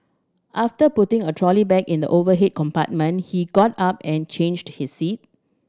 after putting a trolley bag in the overhead compartment he got up and changed his seat